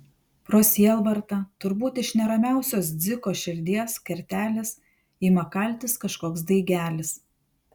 pro sielvartą turbūt iš neramiausios dziko širdies kertelės ima kaltis kažkoks daigelis